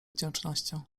wdzięcznością